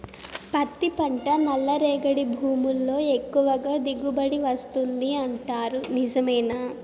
పత్తి పంట నల్లరేగడి భూముల్లో ఎక్కువగా దిగుబడి వస్తుంది అంటారు నిజమేనా